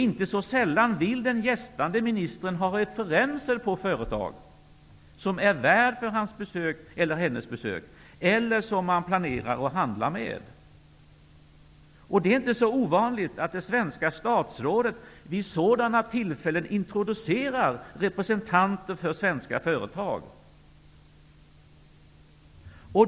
Inte så sällan vill den gästande ministern ha referenser för de företag som är värd för hans eller hennes besök eller som man planerar att handla med. Det är inte så ovanligt att det svenska statsrådet vid sådana tillfällen introducerar representanter för svenska företag.